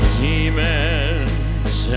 demons